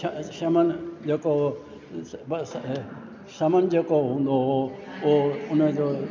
शमन समान जेको हूंदो हुओ हुओ उन जो